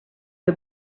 you